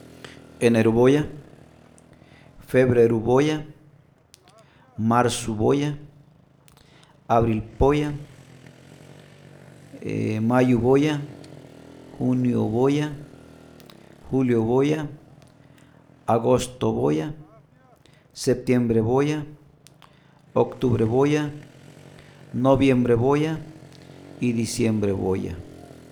Eneru boya febreru boya marzu boya abril poya e mayo boya junio boya julio boya agosto boya septiembre boya octubre boya noviembre boya y diciembre boya